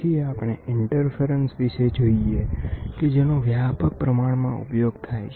પછી આપણે ઇન્ટરફેરન્સ વિશે જોઈએ કે જેનો વ્યાપક પ્રમાણમાં ઉપયોગ થાય છે